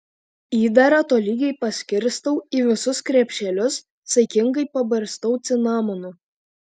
įdarą tolygiai paskirstau į visus krepšelius saikingai pabarstau cinamonu